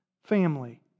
family